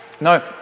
No